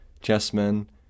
chessmen